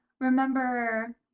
remember